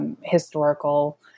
Historical